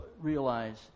realize